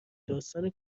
داستان